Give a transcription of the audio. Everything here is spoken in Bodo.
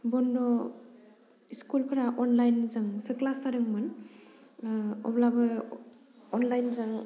बन्द' स्कुलफोरा अनलाइनजोंसो क्लास जादोंमोन अब्लाबो अनलाइनजों